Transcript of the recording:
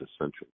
essential